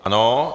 Ano.